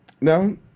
No